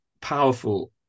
powerful